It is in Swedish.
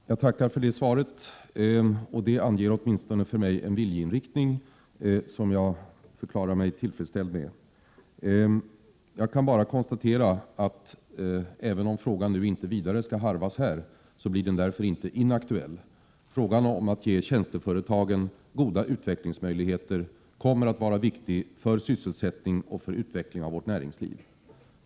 Herr talman! Jag tackar för det svaret. För mig anger det åtminstone en viljeinriktning som jag förklarar mig tillfredsställd med. Jag kan bara konstatera att även om frågan nu inte skall harvas vidare här, blir den därför inte inaktuell. Frågan om att ge tjänsteföretagen goda utvecklingsmöjligheter kommer att vara viktig för sysselsättningen och utvecklingen av vårt näringsliv.